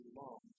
long